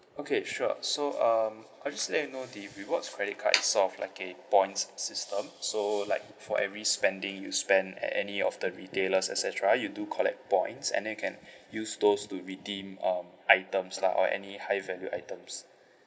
okay sure so um I'll just let you know the rewards credit card is sort of like a points system so like for every spending you spend at any of the retailers et cetera you do collect points and then you can use those to redeem um items lah or any high value items